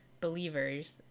believers